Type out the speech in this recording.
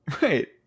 Right